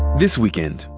this weekend,